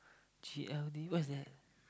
G_L_D what's that